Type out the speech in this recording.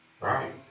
Right